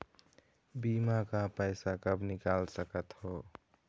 बीमा का पैसा कब निकाल सकत हो?